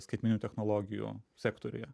skaitmeninių technologijų sektoriuje